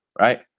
right